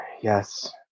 Yes